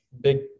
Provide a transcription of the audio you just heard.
Big